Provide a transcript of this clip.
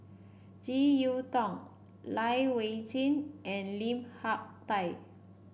JeK Yeun Thong Lai Weijie and Lim Hak Tai